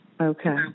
Okay